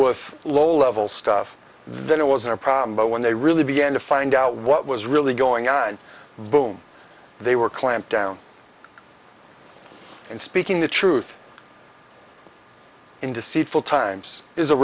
with low level stuff then it wasn't a problem but when they really began to find out what was really going on boom they were clamped down and speaking the truth in deceitful times is a